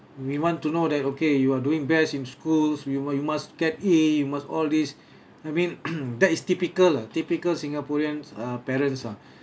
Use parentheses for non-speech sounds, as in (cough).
we want to know that okay you are doing best in schools you must you must get A you must all this I mean (coughs) that is typical lah typical singaporeans uh parents ah